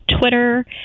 Twitter